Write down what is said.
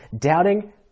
doubting